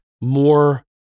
more